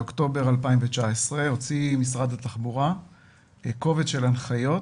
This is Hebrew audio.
באוקטובר 2019 הוציא משרד התחבורה קובץ של הנחיות